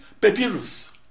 papyrus